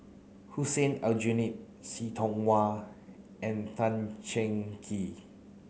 Hussein Aljunied See Tiong Wah and Tan Cheng Kee